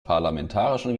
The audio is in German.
parlamentarischen